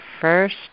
first